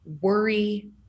worry